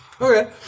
Okay